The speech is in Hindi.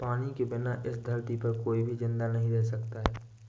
पानी के बिना इस धरती पर कोई भी जिंदा नहीं रह सकता है